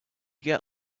get